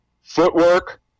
footwork